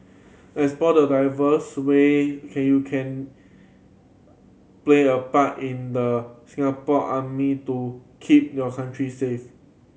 explore the diverse way can you can play a part in the Singapore Army to keep your country safe